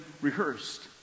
rehearsed